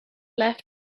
left